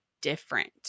different